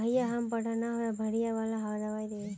भैया हम पढ़ल न है बढ़िया वाला दबाइ देबे?